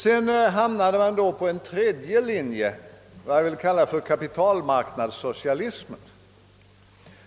Sedan hamnade man på en tredje linje, som jag vill kalla för kapitalmarknadssocialism.